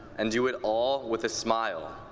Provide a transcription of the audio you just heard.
and do it all with a smile.